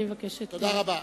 תודה רבה.